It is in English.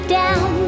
down